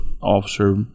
officer